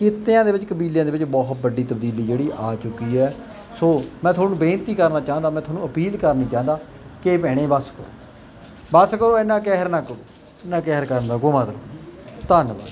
ਕਿੱਤਿਆਂ ਦੇ ਵਿੱਚ ਕਬੀਲਿਆਂ ਦੇ ਵਿੱਚ ਬਹੁਤ ਵੱਡੀ ਤਬਦੀਲੀ ਜਿਹੜੀ ਆ ਚੁੱਕੀ ਹੈ ਸੋ ਮੈਂ ਤੁਹਾਨੂੰ ਬੇਨਤੀ ਕਰਨਾ ਚਾਹੁੰਦਾ ਮੈਂ ਤੁਹਾਨੂੰ ਅਪੀਲ ਕਰਨੀ ਚਾਹੁੰਦਾ ਕਿ ਭੈਣੇ ਬਸ ਬਸ ਕਰੋ ਇੰਨਾ ਕਹਿਰ ਨਾ ਕਰੋ ਇੰਨਾ ਕਹਿਰ ਕਰਨ ਦਾ ਕੋਈ ਮਤਲਬ ਨਹੀਂ ਧੰਨਵਾਦ